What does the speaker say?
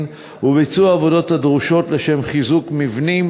וביצוע עבודות הדרושות לשם חיזוק מבנים,